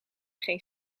geen